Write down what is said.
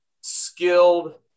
skilled